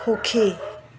সুখী